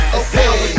okay